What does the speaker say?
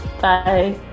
Bye